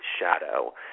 shadow